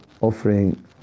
offering